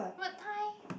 but thigh